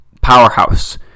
powerhouse